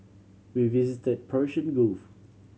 we visit Persian Gulf